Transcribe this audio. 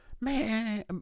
man